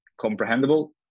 comprehensible